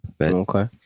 Okay